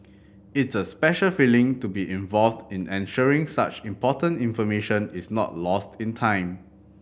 it's a special feeling to be involved in ensuring such important information is not lost in time